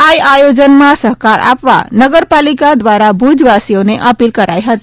આ આયોજનમાં સહકાર આપવા નગરપાલિકા દ્વારા ભૂજવાસીઓને અપીલ કરાઇ હતી